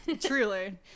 Truly